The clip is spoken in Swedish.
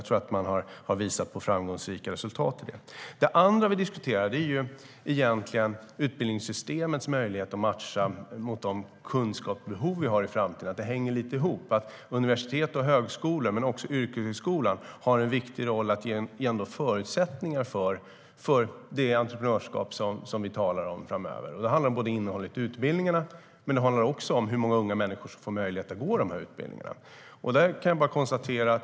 Här har man visat framgångsrika resultat. Det andra vi diskuterar är utbildningssystemets möjlighet att matcha de kunskapsbehov vi har. Det hänger lite ihop. Universitet, högskola och yrkeshögskola har en viktig roll i att ge förutsättningar för det framtida entreprenörskap vi talar om. Det handlar både om innehållet i utbildningarna och om hur många unga människor som får möjlighet att gå dessa utbildningar.